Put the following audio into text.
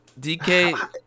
DK